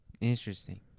Interesting